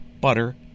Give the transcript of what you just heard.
butter